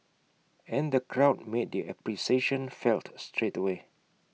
and the crowd made their appreciation felt straight away